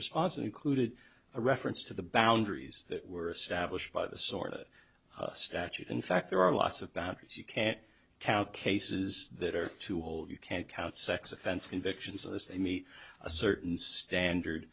response and included a reference to the boundaries that were established by the sort of statute in fact there are lots of batteries you can't count cases that are too whole you can't count sex offense convictions as they meet a certain standard